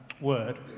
word